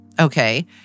okay